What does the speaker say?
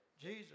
Jesus